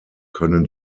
können